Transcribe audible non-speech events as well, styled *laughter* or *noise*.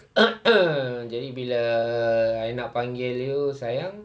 *coughs* jadi bila I nak panggil you sayang